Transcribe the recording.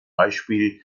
beispiel